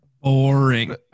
Boring